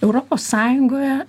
europos sąjungoje